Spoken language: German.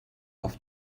auf